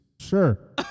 Sure